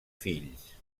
fills